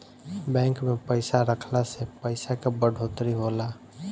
bank में पइसा रखला से पइसा के बढ़ोतरी होला